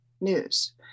news